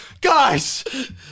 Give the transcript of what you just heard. Guys